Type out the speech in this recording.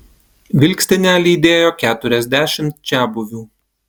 vilkstinę lydėjo keturiasdešimt čiabuvių